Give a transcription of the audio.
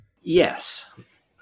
Yes